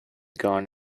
gone